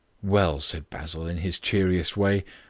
well, said basil, in his cheeriest way,